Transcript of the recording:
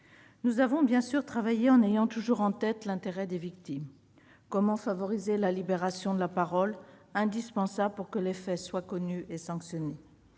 Nous avons bien sûr travaillé en ayant toujours en tête l'intérêt des victimes. Comment favoriser la libération de la parole, indispensable pour que les faits soient connus et sanctionnés ?